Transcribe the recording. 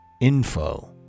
info